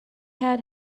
had